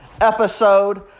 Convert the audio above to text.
episode